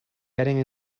getting